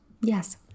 Yes